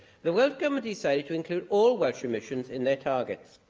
the welsh government decided to include all welsh emissions in their targets.